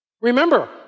Remember